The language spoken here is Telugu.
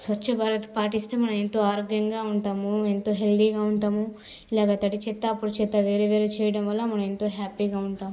స్వచ్ఛ భారత్ పాటిస్తే మనం ఎంతో ఆరోగ్యంగా ఉంటాము ఎంతో హెల్దీగా ఉంటాము ఇలాగ తడి చెత్త పొడి చెత్త వేరు వేరు చేయడం వల్ల మనం ఎంతో హ్యాపీగా ఉంటాము